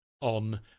on